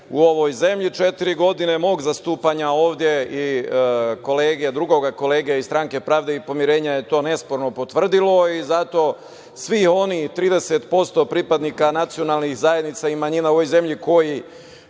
u ovoj zemlji. Četiri godine mog zastupanja ovde i drugog kolege iz Stranke pravde i pomirenja je to nesporno potvrdilo i zato svi onih 30% pripadnika nacionalnih zajednica i manjina u ovoj zemlji koji